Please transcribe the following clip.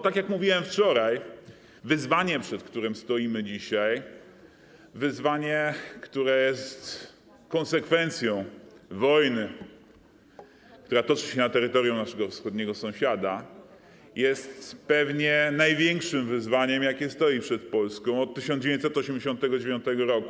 Tak jak mówiłem wczoraj, wyzwanie, przed którym dzisiaj stoimy, wyzwanie, które jest konsekwencją wojny, jaka toczy się na terytorium naszego wschodniego sąsiada, jest pewnie największym wyzwaniem, jakie stoi przed Polską od 1989 r.